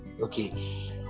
Okay